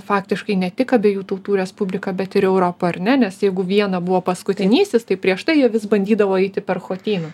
faktiškai ne tik abiejų tautų respubliką bet ir europą ar ne nes jeigu viena buvo paskutinysis tai prieš tai jie vis bandydavo eiti per chotyną